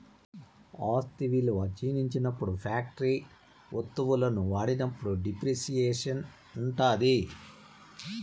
ఆస్తి విలువ క్షీణించినప్పుడు ఫ్యాక్టరీ వత్తువులను వాడినప్పుడు డిప్రిసియేషన్ ఉంటాది